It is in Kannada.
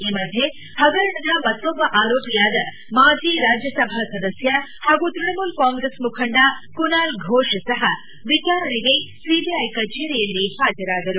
ಈ ಮಧ್ಲೆ ಹಗರಣದ ಮತ್ತೊಬ್ಬ ಆರೋಪಿಯಾದ ಮಾಜಿ ರಾಜ್ಜಸಭಾ ಸದಸ್ಯ ಹಾಗೂ ತ್ಯಣಮೂಲ ಕಾಂಗ್ರೆಸ್ ಮುಖಂಡ ಕುನಾಲ್ ಘೋಷ್ ಸಹ ವಿಚಾರಣೆಗೆ ಸಿಬಿಐ ಕಚೇರಿಯಲ್ಲಿ ಹಾಜರಾದರು